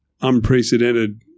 unprecedented